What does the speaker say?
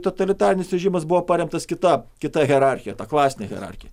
totalitarinis režimas buvo paremtas kita kita hierarchija ta klasinė hierarchija